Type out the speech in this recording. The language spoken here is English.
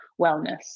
wellness